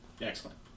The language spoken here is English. Excellent